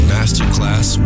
Masterclass